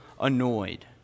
annoyed